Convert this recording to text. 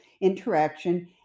interaction